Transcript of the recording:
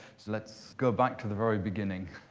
so let's go back to the very beginning.